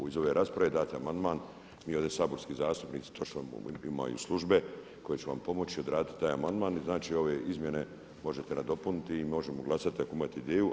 Iz ove rasprave date amandman, mi ovdje saborski zastupnici, točno imaju službe koje će vam pomoći odraditi taj amandman i znači ove izmjene možete nadopuniti i možemo glasati ako imate ideju.